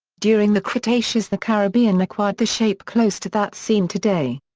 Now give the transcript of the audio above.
during the cretaceous the caribbean acquired the shape close to that seen today.